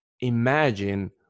imagine